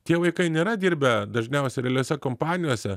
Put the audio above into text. tie vaikai nėra dirbę dažniausiai realiose kompanijose